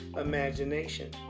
imagination